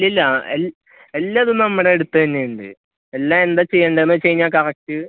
ഇല്ലില്ല എല്ലാതും നമ്മുടെ അട്ത്തെന്നെയുണ്ട് എല്ലാം എന്താണു ചെയ്യണ്ടതെന്നുവച്ചുകഴിഞ്ഞാല് കറക്റ്റ്